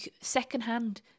secondhand